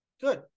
Good